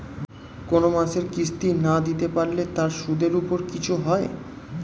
কোন মাসের কিস্তি না দিতে পারলে তার সুদের উপর কিছু হয়?